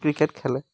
cricket খেলে